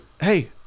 hey